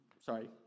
sorry